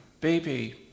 baby